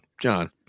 John